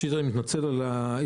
ראשית אני מתנצל על האיחור,